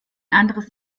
anderes